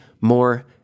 more